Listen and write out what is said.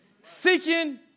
Seeking